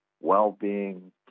well-being